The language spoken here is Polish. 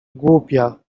głupia